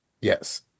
Yes